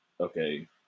okay